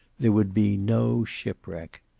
there would be no shipwreck.